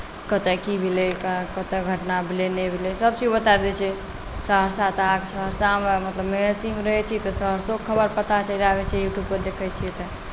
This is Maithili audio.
कतय की भेलै कतय घटना भेलै नहि भेलै सभचीज बता दैत छै सहरसा तऽ सहरसा मतलब महिषीमे रहैत छी तऽ सहरसोके खबर पता चलि जाइत छै यूट्यूबपर देखैत छियै तऽ